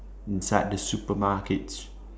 inside the supermarkets